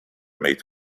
made